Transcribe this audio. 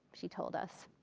she told us.